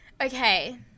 Okay